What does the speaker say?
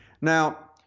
Now